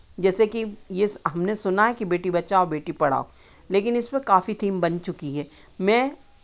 जैसे कि ये हमने सुना है कि बेटी बचाओ बेटी पढ़ाओ लेकिन इसपे काफ़ी थीम बन चुकी है मैं